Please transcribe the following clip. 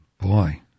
Boy